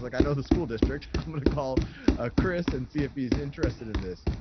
like, i know, the school district. i'm gonna call ah chris and see if he's interested in this.